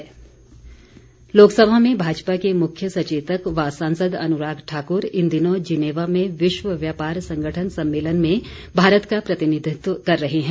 अनुराग ठाकुर लोकसभा में भाजपा के मुख्य सचेतक व सांसद अनुराग ठाकुर इन दिनों जिनेवा में विश्व व्यापार संगठन सम्मेलन में भारत का प्रतिनिधित्व कर रहे हैं